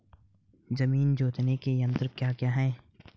जमीन जोतने के यंत्र क्या क्या हैं?